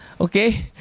okay